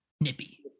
nippy